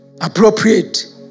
appropriate